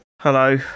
Hello